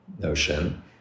notion